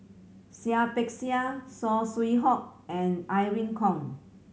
Seah Peck Seah Saw Swee Hock and Irene Khong